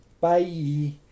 bye